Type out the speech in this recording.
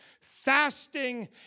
fasting